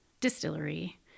distillery